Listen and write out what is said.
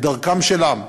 בדרכם שלהם,